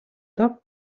the